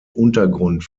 untergrund